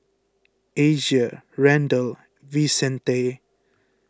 Asia Randall Vicente